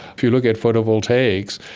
if you look at photovoltaics,